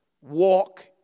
walk